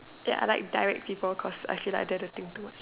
ya I like direct people cause I feel like I don't have to think too much